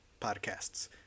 podcasts